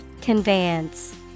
Conveyance